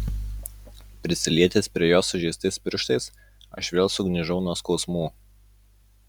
prisilietęs prie jos sužeistais pirštais aš vėl sugniužau nuo skausmų